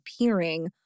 appearing